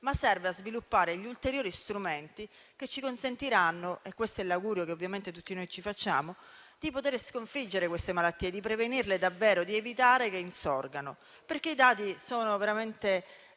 ma serve a sviluppare gli ulteriori strumenti che ci consentiranno - e questo è l'augurio che ovviamente tutti noi ci facciamo - di sconfiggere queste malattie, prevenendole davvero ed evitando che insorgano. I dati sono veramente